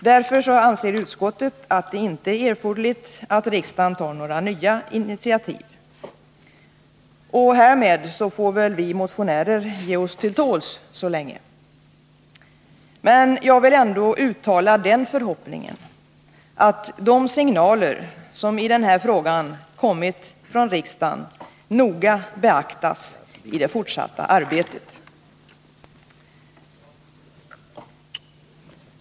Därför anser utskottet att det inte är erforderligt att riksdagen tar några nya initiativ. Därmed får väl vi motionärer ge oss till tåls så länge. Men jag vill ändå uttala den förhoppningen att de signaler som i den här frågan kommit från riksdagen noga beaktas i det fortsatta arbetet.